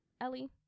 Ellie